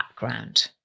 background